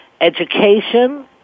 education